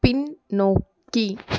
பின்னோக்கி